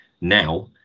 now